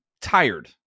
tired